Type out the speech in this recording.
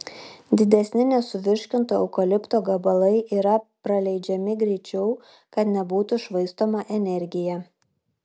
didesni nesuvirškinto eukalipto gabalai yra praleidžiami greičiau kad nebūtų švaistoma energija